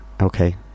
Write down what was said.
Okay